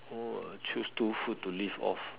oh choose two food to live off